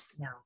No